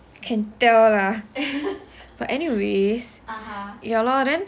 can tell lah but anyways ya lor then